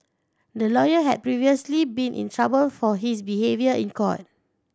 the lawyer had previously been in trouble for his behaviour in court